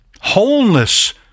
Wholeness